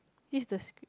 this is the script